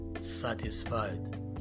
satisfied